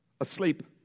asleep